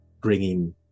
bringing